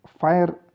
fire